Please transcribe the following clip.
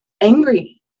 angry